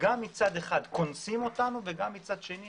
אתם גם קונסים אותנו וגם איננו יכולים לגבות?